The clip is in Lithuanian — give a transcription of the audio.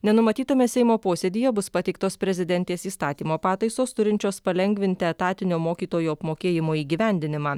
nenumatytame seimo posėdyje bus pateiktos prezidentės įstatymo pataisos turinčios palengvinti etatinio mokytojų apmokėjimo įgyvendinimą